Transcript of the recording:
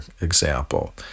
example